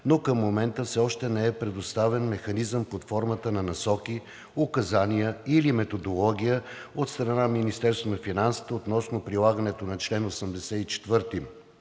но към момента все още не е предоставен механизъм под формата на насоки, указания и/или методология от страна на Министерството на финансите